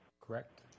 Correct